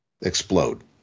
explode